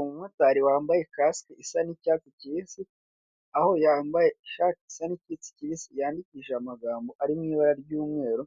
Umumotari wambaye kasike isa nk'icyatsi kibisi aho yambaye ishati isa nk'icyatsi kibisi yandikishije amagambo ari mu ibara ry'umweru